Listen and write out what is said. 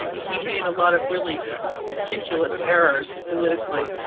and he made a lot of really ridiculous errors politically.